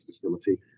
facility